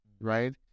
right